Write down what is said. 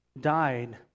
died